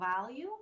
value